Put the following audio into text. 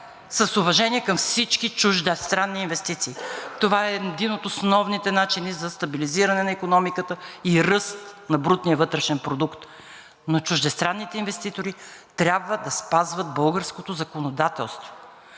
с уважение към всички чуждестранни инвестиции – това е един от основните начини за стабилизиране на икономиката и ръст на брутния вътрешен продукт, но чуждестранните инвеститори трябва да спазват българското законодателство.